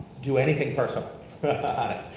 do anything personal on it,